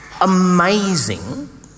amazing